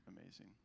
amazing